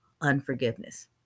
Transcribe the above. unforgiveness